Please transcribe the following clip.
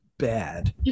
bad